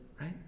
right